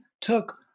took